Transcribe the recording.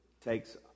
takes